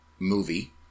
movie